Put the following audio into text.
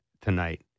tonight